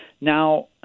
Now